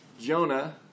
Jonah